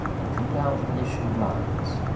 and drew down the venetian blinds.